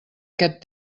aquest